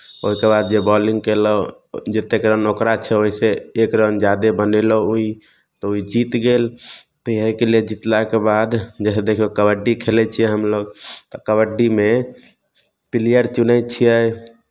ओहिके बाद जे बॉलिंग कयलहुँ जतेक रन ओकरा छै ओहिसँ एक रन जादे बनेलहुँ ओहि तऽ ओहि जीत गेल तऽ एहिके लेल जितलाके बाद जे हइ देखियौ कबड्डी खेलै छियै हमलोग तऽ कबड्डीमे पिलियर चुनै छियै